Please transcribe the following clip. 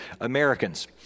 Americans